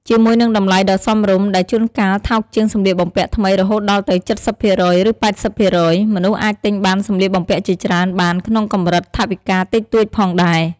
ជាមួយនឹងតម្លៃដ៏សមរម្យ ដែលជួនកាលថោកជាងសម្លៀកបំពាក់ថ្មីរហូតដល់ទៅ ៧០% ឬ ៨០% មនុស្សអាចទិញបានសម្លៀកបំពាក់ជាច្រើនបានក្នុងកម្រិតថវិកាតិចតួចផងដែរ។